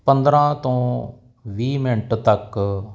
ਪੰਦਰਾਂ ਤੋਂ ਵੀਹ ਮਿੰਟ ਤੱਕ